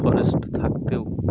forest থাকতেও